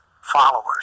followers